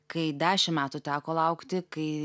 kai dešim metų teko laukti kai